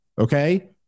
okay